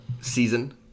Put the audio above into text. season